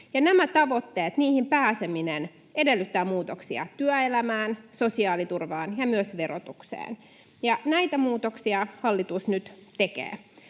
Näihin tavoitteisiin pääseminen edellyttää muutoksia työelämään, sosiaaliturvaan ja myös verotukseen. Näitä muutoksia hallitus nyt tekee.